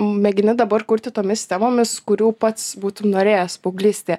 mėgini dabar kurti tomis temomis kurių pats būtum norėjęs paauglystėje